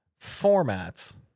formats